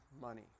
money